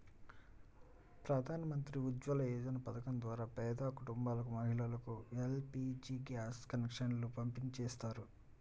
ప్రధాన్ మంత్రి ఉజ్వల యోజన పథకం ద్వారా పేద కుటుంబాల మహిళలకు ఎల్.పీ.జీ గ్యాస్ కనెక్షన్లను పంపిణీ చేస్తారు